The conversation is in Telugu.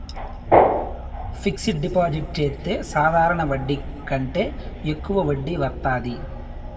ఫిక్సడ్ డిపాజిట్ చెత్తే సాధారణ వడ్డీ కంటే యెక్కువ వడ్డీ వత్తాది